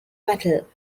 wattle